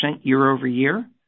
year-over-year